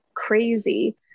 Crazy